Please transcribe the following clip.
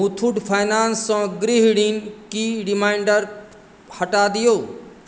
मुथूट फाइनान्ससँ गृह ऋणके रिमाइंडर हटा दियौ